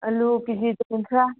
ꯑꯂꯨ ꯀꯦꯖꯤꯗ ꯀꯨꯟꯊ꯭ꯔꯥ